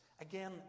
Again